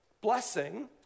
blessing